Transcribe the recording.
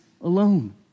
alone